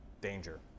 danger